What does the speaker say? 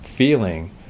feeling